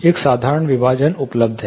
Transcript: एक साधारण विभाजन उपलब्ध है